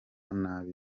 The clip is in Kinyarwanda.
nabi